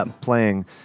playing